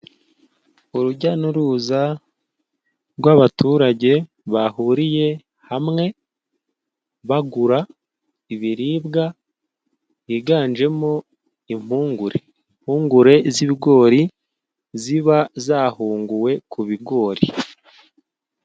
Urujya n'uruza rw'abaturage bahuriye hamwe, bagura ibiribwa, higanjemo impungure. Impungure z'ibigori ziba zahunguwe ku bigori.